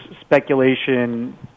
speculation